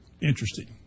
Interesting